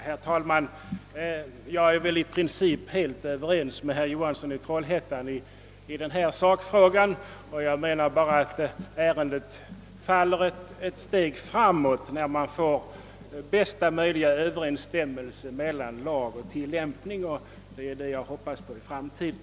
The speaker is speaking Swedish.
Herr talman! Jag är i princip helt överens med herr Johansson i Trollhättan i sakfrågan. Jag menar bara att ärendet faller ett steg framåt när man får bästa möjliga överensstämmelse mellan lag och tillämpning. Det är det jag hoppas på för framtiden.